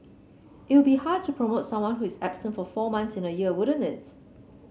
it would be hard to promote someone who is absent for four months in a year wouldn't it